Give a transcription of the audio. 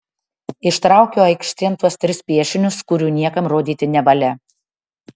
ištraukiu aikštėn tuos tris piešinius kurių niekam rodyti nevalia